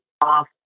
off